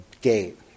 gate